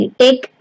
take